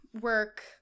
work